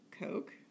Coke